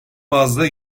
bazda